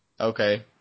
Okay